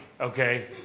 okay